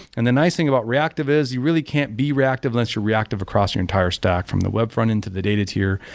and the nice thing about reactive is you really can't be reactive unless you're reactive across your entire stack, from the web front into the data tier.